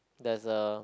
there's a